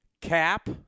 Cap